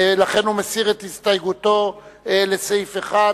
לכן הוא מסיר את הסתייגותו לסעיף 1,